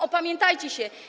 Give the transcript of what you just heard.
Opamiętajcie się.